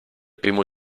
primo